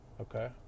Okay